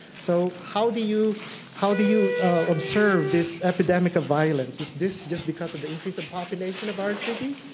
so how do you how do you observe this epidemic of violence? is this just because of the increase of population of our city?